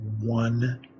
one